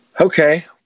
Okay